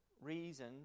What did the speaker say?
reason